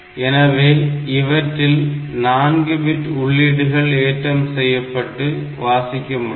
எனவே இவற்றில் 4 பிட் உள்ளீடுகள் ஏற்றம் செய்யப்பட்டு வாசிக்க முடியும்